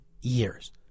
years